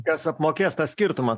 kas apmokės tą skirtumą